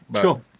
sure